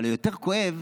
אבל יותר כואב,